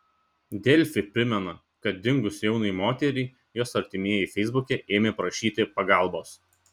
delfi primena kad dingus jaunai moteriai jos artimieji feisbuke ėmė prašyti pagalbos